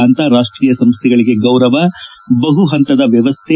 ಅಂತಾರಾಷ್ಟಿಯ ಸಂಸ್ಥೆಗಳಿಗೆ ಗೌರವ ಬಹು ಹಂತದ ವ್ಯವಸ್ಥೆ